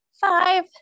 five